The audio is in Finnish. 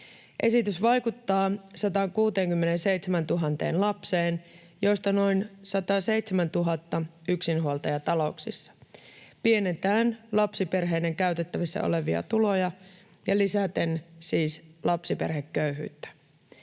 Esitys vaikuttaa 167 000 lapseen, joista on noin 107 000 yksinhuoltajatalouksissa, pienentäen lapsiperheiden käytettävissä olevia tuloja ja lisäten siis lapsiperheköyhyyttä.